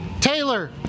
Taylor